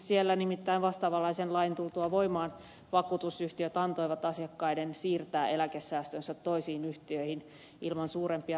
siellä nimittäin vastaavanlaisen lain tultua voimaan vakuutusyhtiöt antoivat asiakkaiden siirtää eläkesäästönsä toisiin yhtiöihin ilman suurempia sanktioita